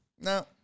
no